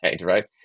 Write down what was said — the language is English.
right